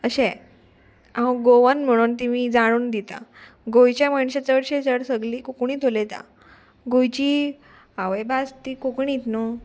अशें हांव गोवन म्हणून तेमी जाणून दिता गोंयच्या मनशां चडशें चड सगलीं कोंकणीत उलयता गोंयची हांवे भास ती कोंकणीत न्हू